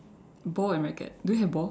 ball and racket do you have ball